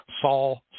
Saul